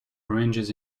oranges